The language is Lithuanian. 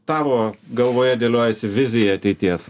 tavo galvoje dėliojasi vizija ateities